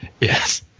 yes